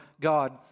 God